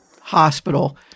hospital